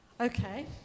Okay